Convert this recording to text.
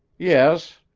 yes.